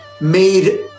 made